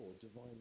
divine